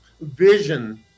vision